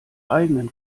eigenen